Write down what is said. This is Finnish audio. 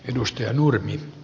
arvoisa puhemies